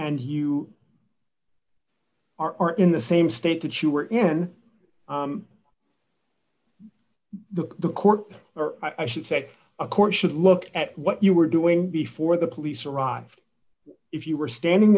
and you are in the same state that you were in the court or i should say a court should look at what you were doing before the police arrived if you were standing